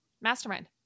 Mastermind